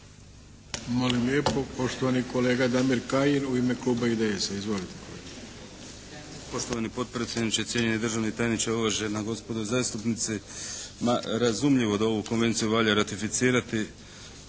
Molim lijepo. Poštovani kolega Damir Kajin u ime kluba IDS-a. Izvolite